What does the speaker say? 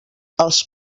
els